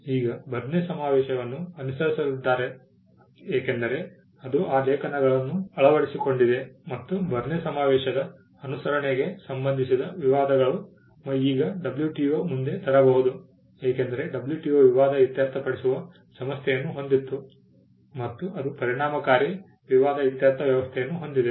ಈಗ ಬರ್ನ್ ಸಮಾವೇಶವನ್ನು ಅನುಸರಿಸಲಿದ್ದಾರೆ ಏಕೆಂದರೆ ಅದು ಆ ಲೇಖನಗಳನ್ನು ಅಳವಡಿಸಿಕೊಂಡಿದೆ ಮತ್ತು ಬರ್ನ್ ಸಮಾವೇಶದ ಅನುಸರಣೆಗೆ ಸಂಬಂಧಿಸಿದ ವಿವಾದಗಳು ಈಗ WTO ಮುಂದೆ ತರಬಹುದು ಏಕೆಂದರೆ WTO ವಿವಾದ ಇತ್ಯರ್ಥಪಡಿಸುವ ಸಂಸ್ಥೆಯನ್ನು ಹೊಂದಿತ್ತು ಮತ್ತು ಅದು ಪರಿಣಾಮಕಾರಿ ವಿವಾದ ಇತ್ಯರ್ಥ ವ್ಯವಸ್ಥೆಯನ್ನು ಹೊಂದಿದೆ